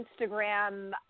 Instagram